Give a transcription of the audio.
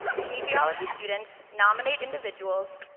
kinesiology students nominate individuals,